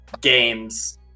games